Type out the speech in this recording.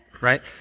right